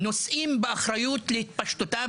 נושאים באחריות להתפשטותה,